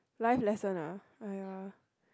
life lesson ah !aiya!